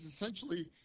essentially